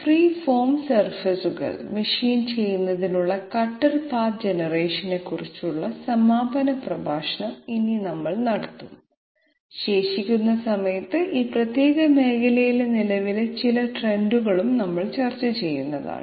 free form സർഫസുകൾ machine ചെയ്യുന്നതിനുള്ള cutter path ജനറേഷനെക്കുറിച്ചുള്ള സമാപന പ്രഭാഷണം ഇന്ന് നമ്മൾ നടത്തും ശേഷിക്കുന്ന സമയത്ത് ഈ പ്രത്യേക മേഖലയിലെ നിലവിലെ ചില ട്രെൻഡുകൾ നമ്മൾ ചർച്ച ചെയ്യും